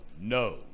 no